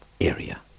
area